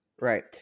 Right